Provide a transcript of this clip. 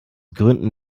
gründen